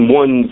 one